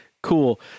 Cool